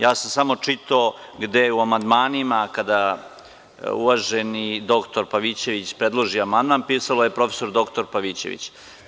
Ja sam samo čitao u amandmanima, kada uvaženi doktor Pavićević predloži amandman, pisalo je – profesor doktor Pavićević.